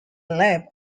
lap